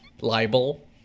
libel